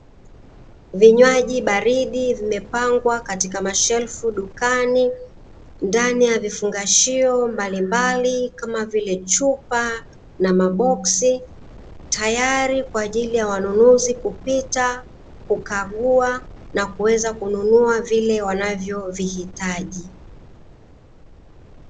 Vinywaji baridi vimepangwa katika mashelfu dukani ndani ya vifungashio mbalimbali kama vile chupa na maboksi, tayari kwaajili ya wanunuzi kupita , kukagua na kununua vile wanavyovihitaji.